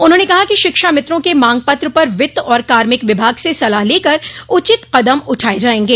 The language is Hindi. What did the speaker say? उन्होंने कहा कि शिक्षामित्रों के मांग पत्र पर वित्त और कार्मिक विभाग से सलाह लेकर उचित कदम उठाये जायगे